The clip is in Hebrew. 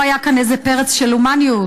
לא היה כאן פרץ של הומניות,